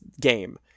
game